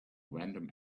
random